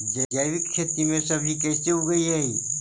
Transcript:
जैविक खेती में सब्जी कैसे उगइअई?